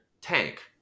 Tank